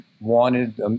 wanted